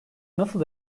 nasıl